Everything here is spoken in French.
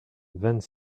vingt